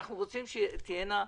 אנחנו רוצים שיהיו סמכויות.